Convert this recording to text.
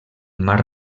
mar